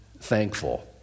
thankful